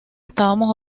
estábamos